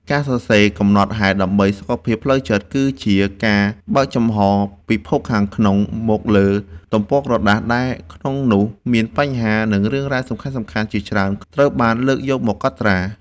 ការសរសេរកំណត់ហេតុដើម្បីសុខភាពផ្លូវចិត្ត គឺជាការបើកចំហរពិភពខាងក្នុងមកលើទំព័រក្រដាស ដែលក្នុងនោះមានបញ្ហា និងរឿងរ៉ាវសំខាន់ៗជាច្រើនត្រូវបានលើកយកមកកត់ត្រា។